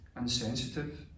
insensitive